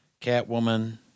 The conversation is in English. Catwoman